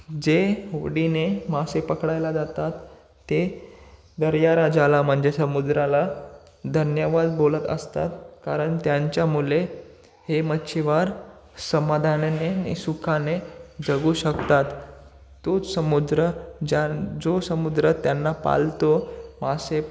जे होडीने मासे पकडायला जातात ते दर्याराजाला म्हणजे समुद्राला धन्यवाद बोलत असतात कारण त्यांच्या मुले हे मच्छीमार समाधानाने आणि सुखाने जगू शकतात तोच समुद्र ज्या जो समुद्र त्यांना पाळतो मासे